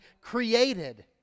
created